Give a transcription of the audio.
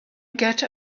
get